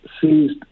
seized